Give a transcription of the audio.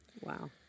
Wow